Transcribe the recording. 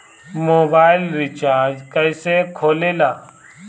Mobile recharge कैसे होखे ला?